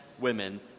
women